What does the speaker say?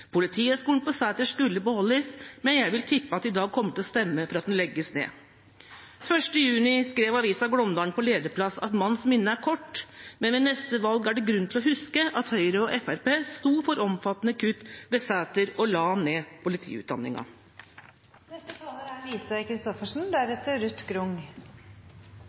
Politihøgskolen på Sæter skulle beholdes. Men jeg vil tippe at de i dag kommer til å stemme for at den legges ned. Den 1. juni skrev avisen Glåmdalen på lederplass at «[m]anns minne er kort», men at det ved neste valg er «grunn til å huske at Høyre og FrP sto for omfattende kutt ved politihøyskolen på Sæter». De la ned